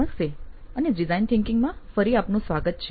નમસ્તે અને design thinking માં ફરી આપનું સ્વાગત છે